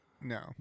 No